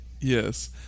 Yes